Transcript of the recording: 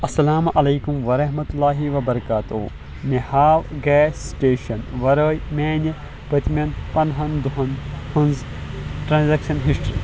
اَسلام علیکُم ورحمتہ اللہ وبَرکاتہ مےٚ ہاو گیس سِٹیشَن ورٲے میانہِ پٔتمٮ۪ن پندہَن دۄہَن ہٕنٛز ٹرٛانزیکشَن ہِسٹری